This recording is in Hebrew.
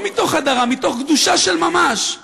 לא מתוך הדרה, מתוך קדושה של ממש.